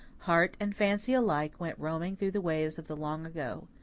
heart and fancy alike went roaming through the ways of the long ago.